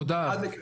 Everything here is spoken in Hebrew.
עד כאן.